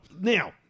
Now